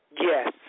Yes